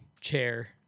chair